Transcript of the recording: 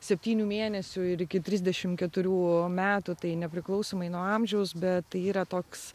septynių mėnesių ir iki trisdešimt keturių metų tai nepriklausomai nuo amžiaus bet yra toks